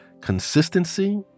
consistency